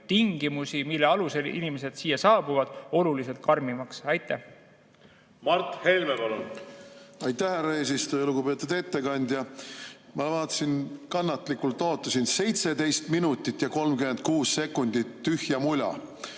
tingimusi, mille alusel inimesed siia saabuvad, oluliselt karmimaks. Mart Helme, palun! Mart Helme, palun! Aitäh, härra eesistuja! Lugupeetud ettekandja! Ma vaatasin, kannatlikult ootasin – 17 minutit ja 36 sekundit tühja mula,